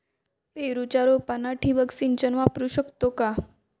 पेरूच्या रोपांना ठिबक सिंचन वापरू शकतो का?